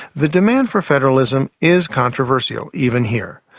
the demand for federalism is controversial, even here.